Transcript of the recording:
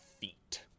feet